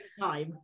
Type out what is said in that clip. time